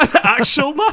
actual